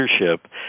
Leadership